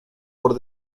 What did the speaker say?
por